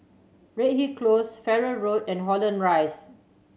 Redhill Close Farrer Road and Holland Rise